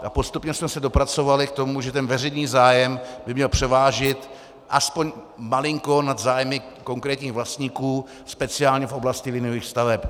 A postupně jsme se dopracovali k tomu, že ten veřejný zájem by měl převážit aspoň malinko nad zájmy konkrétních vlastníků, speciálně v oblasti liniových staveb.